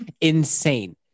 insane